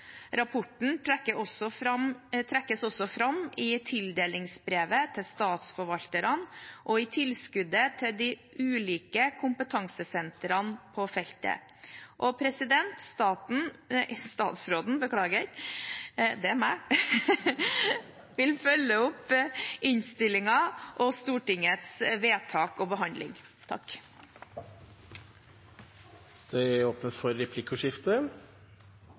Rapporten trekkes også fram i tildelingsbrevet til statsforvalterne og i tilskuddet til de ulike kompetansesentrene på feltet. Statsråden vil følge opp innstillingen og Stortingets vedtak og behandling. Den offentlege debatten om psykisk helse har vore stor dei siste åra, og for